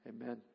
Amen